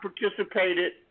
participated